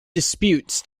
disputes